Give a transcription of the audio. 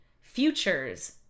future's